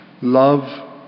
Love